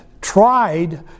tried